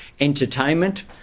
entertainment